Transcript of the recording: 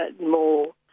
more